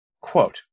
Quote